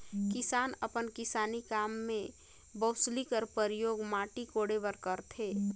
किसान अपन किसानी काम मे बउसली कर परियोग माटी कोड़े बर करथे